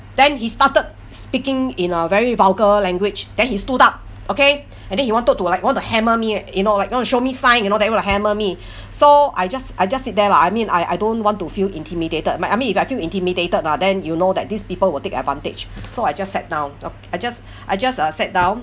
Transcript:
then he started speaking in a very vulgar language then he stood up okay and then he wanted to like he want to hammer me you know like he want to show me sign you know that he want to hammer me so I just I just sit there lah I mean I I don't want to feel intimidated my I mean if I feel intimidated ah then you know that these people will take advantage so I just sat down uh I just I just uh sat down